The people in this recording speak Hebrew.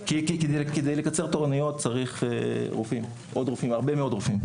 כדי לקצר תוכניות צריך הרבה מאוד רופאים.